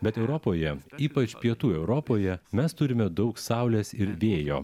bet europoje ypač pietų europoje mes turime daug saulės ir vėjo